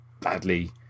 badly